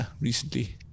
recently